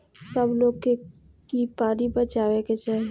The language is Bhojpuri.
सब लोग के की पानी बचावे के चाही